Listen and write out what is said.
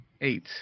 Eight